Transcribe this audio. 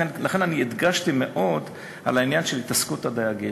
לכן, אני הדגשתי מאוד את העניין של עיסוק הדייגים.